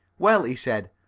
well, he said,